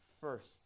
first